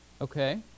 okay